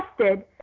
tested